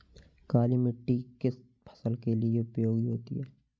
काली मिट्टी किस फसल के लिए उपयोगी होती है?